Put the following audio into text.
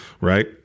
Right